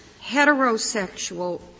heterosexual